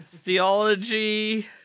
Theology